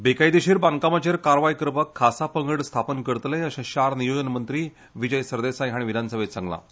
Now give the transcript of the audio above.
बेकायदा बांदकामाचेर कारवाय करपाक खासा पंगड स्थापन करतले अशें शार नियोजन मंत्री विजय सरदेसाय हांणी विधानसभेंत सांगलां